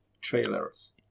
trailers